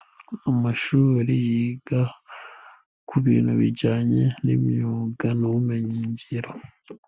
Amashuri yiga ku bintu bijyanye n'imyuga n'ubumenyigiro.